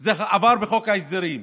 זה עבר בחוק ההסדרים,